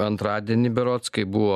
antradienį berods kai buvo